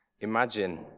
Imagine